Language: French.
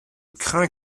crains